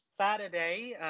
Saturday